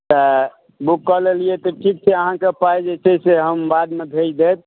तऽ बुक कऽ लेलियैया तऽ ठीक छै अहाँ के पाय जे छै से हम बाद मे भेज देब